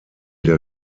der